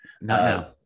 No